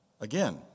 Again